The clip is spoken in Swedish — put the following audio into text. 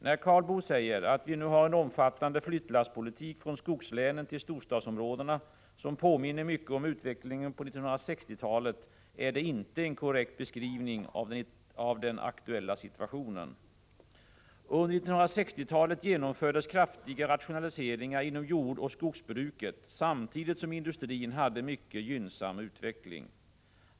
När Karl Boo säger att vi nu har en omfattande flyttlasspolitik från skogslänen till storstadsområdena som påminner mycket om utvecklingen på 1960-talet är det inte en korrekt beskrivning av den aktuella situationen. Under 1960-talet genomfördes kraftiga rationaliseringar inom jordoch skogsbruket samtidigt som industrin hade en mycket gynnsam utveckling.